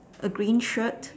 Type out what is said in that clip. A green shirt